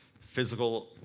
Physical